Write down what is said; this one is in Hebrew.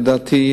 לדעתי,